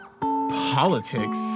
politics